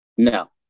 No